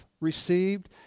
received